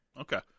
Okay